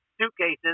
suitcases